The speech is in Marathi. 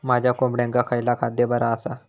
माझ्या कोंबड्यांका खयला खाद्य बरा आसा?